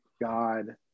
god